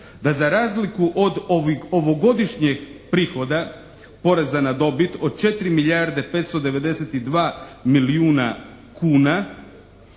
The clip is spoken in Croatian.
da za razliku od ovogodišnjeg prihoda poreza na dobit od 4 milijarde 592 milijuna kuna